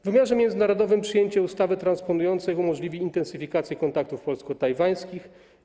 W wymiarze międzynarodowym przyjęcie ustawy transponującej umożliwi intensyfikację kontaktów polsko-tajwańskich.